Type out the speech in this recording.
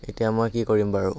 এতিয়া মই কি কৰিম বাৰু